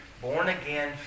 born-again